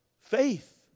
faith